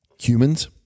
humans